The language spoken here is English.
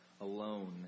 alone